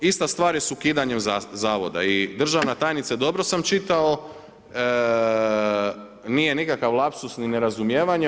Ista stvar je s ukidanjem Zavoda i državna tajnice, dobro sam čitao nije nikakav lapsus ni nerazumijevanje.